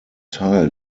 teil